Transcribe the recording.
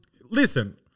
Listen